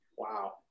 Wow